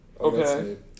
Okay